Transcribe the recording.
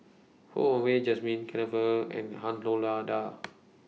Ho Wah Jesmine and Han La DA